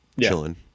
chilling